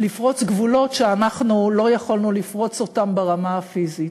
לפרוץ גבולות שאנחנו לא יכולנו לפרוץ אותם ברמה הפיזית.